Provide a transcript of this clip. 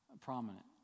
prominent